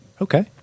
okay